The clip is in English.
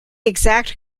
exact